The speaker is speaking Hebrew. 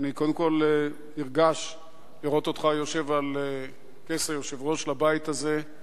אני קודם כול נרגש לראות אותך יושב על כס היושב-ראש של הבית הזה.